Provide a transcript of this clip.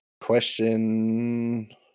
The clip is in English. Question